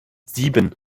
sieben